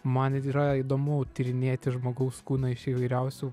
man yra įdomu tyrinėti žmogaus kūną iš įvairiausių